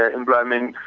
employment